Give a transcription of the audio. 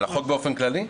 בבקשה.